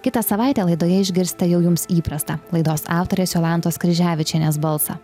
kitą savaitę laidoje išgirsite jau jums įprasta laidos autorės jolantos kryževičienės balsą